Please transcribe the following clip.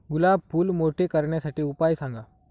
गुलाब फूल मोठे करण्यासाठी उपाय सांगा?